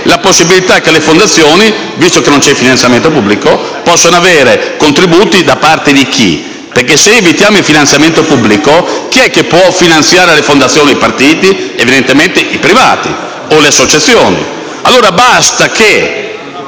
alla possibilità che le fondazioni, visto che non c'è il finanziamento pubblico, possano ricevere dei contributi. Ma da parte di chi? Se cancelliamo il finanziamento pubblico, chi può finanziare le fondazioni e i partiti? Evidentemente i privati o lo associazioni. Allora basta che